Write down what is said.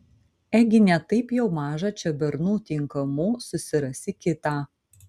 ėgi ne taip jau maža čia bernų tinkamų susirasi kitą